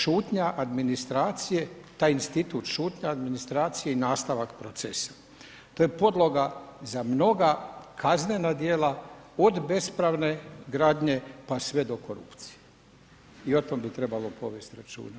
Šutnja administracije, taj institut šutnja administracije i nastavak procesa to je podloga za mnoga kaznena djela od bespravne gradnje pa sve do korupcije i o tome bi trebalo povesti računa.